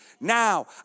now